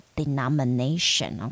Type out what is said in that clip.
denomination